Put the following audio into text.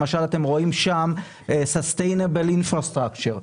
למשל אתם רואים שם Sustainable Infrastructure,